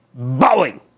Boeing